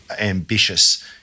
ambitious